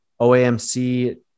OAMC